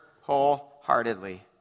wholeheartedly